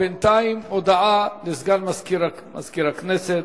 בינתיים, הודעה לסגן מזכירת הכנסת.